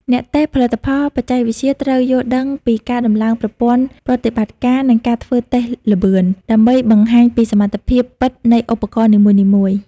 អ្នកតេស្តផលិតផលបច្ចេកវិទ្យាត្រូវយល់ដឹងពីការដំឡើងប្រព័ន្ធប្រតិបត្តិការ និងការធ្វើតេស្តល្បឿន ដើម្បីបង្ហាញពីសមត្ថភាពពិតនៃឧបករណ៍នីមួយៗ។